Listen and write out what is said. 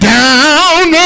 down